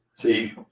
See